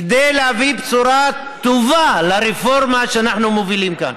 כדי להביא בשורה טובה ברפורמה שאנחנו מובילים כאן.